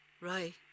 Right